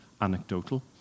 anecdotal